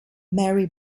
mary